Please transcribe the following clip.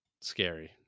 scary